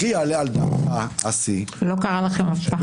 זה אף פעם לא קרה לכם.